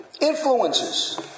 Influences